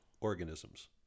organisms